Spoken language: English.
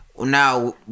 now